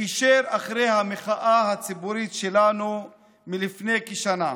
מייד אחרי המחאה הציבורית שלנו לפני כשנה.